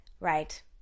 Right